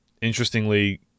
Interestingly